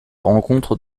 rencontre